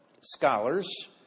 scholars